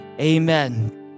amen